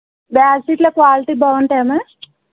bags ఇట్లా quality బాగుంటాయా ma'am